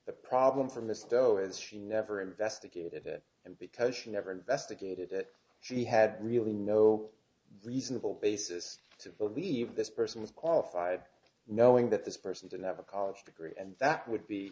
the problem from the sto is she never investigated it and because she never investigated it she had really no reasonable basis to believe this person was qualified knowing that this person didn't have a college degree and that would be